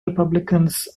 republicans